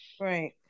Right